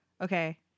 okay